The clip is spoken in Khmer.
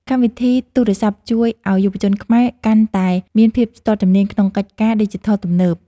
កម្មវិធីទូរសព្ទជួយឱ្យយុវជនខ្មែរ កាន់តែមានភាពស្ទាត់ជំនាញក្នុងកិច្ចការឌីជីថលទំនើប។